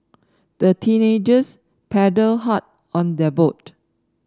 the teenagers paddled hard on their boat